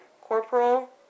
Corporal